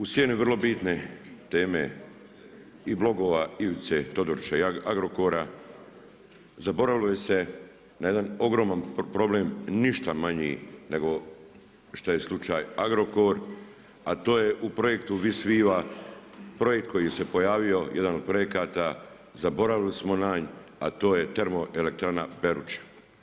U sjeni vrlo bitne teme i blogova Ivice Todorića i Agrokora zaboravilo se na jedan ogroman problem ništa manji nego šta je slučaj Agrokor a to je u projektu Vis Viva, projekt koji se pojavio, jedan od projekata, zaboravili smo na njega a to je termoelektrana Peruča.